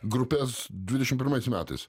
grupes dvidešim pirmais metais